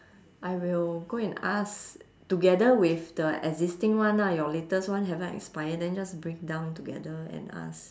I will go and ask together with the existing one ah your latest one haven't expire then just bring down together and ask